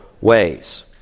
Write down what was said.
ways